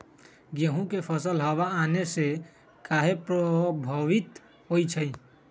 गेंहू के फसल हव आने से काहे पभवित होई छई?